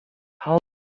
how